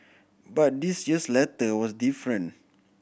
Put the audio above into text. but this year's letter was different